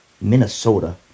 Minnesota